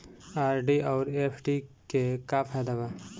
RD आउर FD के का फायदा बा?